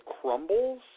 crumbles